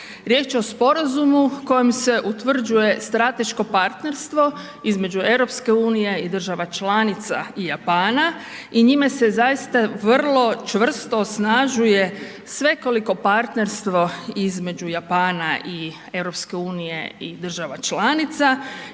Riječ je o sporazumu kojim se utvrđuje strateško partnerstvo između EU-a i država članica i Japana i njime se zaista vrlo čvrsto osnažuje svekoliko partnerstvo između Japana i EU-a i država članica